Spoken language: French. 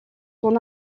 son